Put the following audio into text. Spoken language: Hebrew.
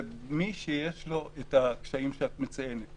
למי שיש לו את הקשיים שאת מציינת,